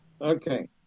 Okay